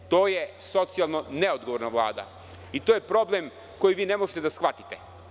To je socijalno neodgovorna Vlada i to je problem koji vi ne možete da shvatite.